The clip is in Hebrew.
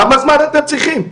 כמה זמן אתם צריכים?